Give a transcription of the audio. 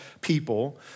people